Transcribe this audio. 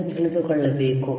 ಎಂದು ತಿಳಿದುಕೊಳ್ಳಬೇಕು